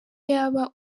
yaba